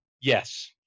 Yes